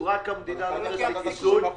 המדינה נותנת לי כיסוי רק 15%,